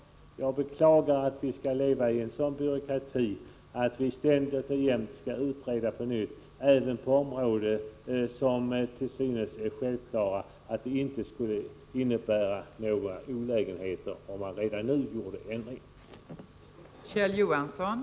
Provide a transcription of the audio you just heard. Jag beklagar att vi lever i en sådan byråkrati att vi ständigt och jämt på nytt skall utreda, även på sådana områden där det till synes är självklart att det inte skulle innebära några olägenheter att redan nu göra en förändring.